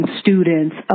students